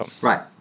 Right